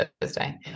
Thursday